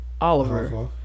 Oliver